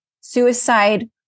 suicide